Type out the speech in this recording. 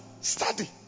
Study